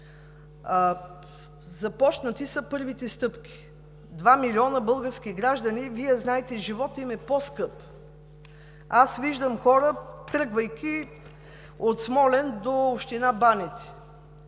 Започнати са първите стъпки – два милиона български граждани, Вие знаете, животът им е по-скъп. Аз виждам хора, тръгвайки от Смолян до община Баните